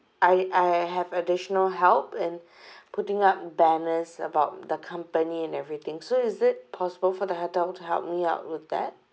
I I have additional help in putting up banners about the company and everything so is it possible for the hotel to help me out with that